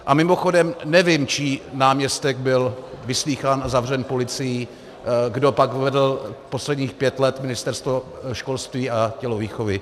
A mimochodem nevím, čí náměstek byl vyslýchán a zavřen policií, kdo pak vedl posledních pět let Ministerstvo školství a tělovýchovy.